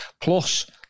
plus